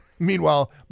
Meanwhile